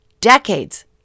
decades